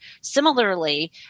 Similarly